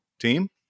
team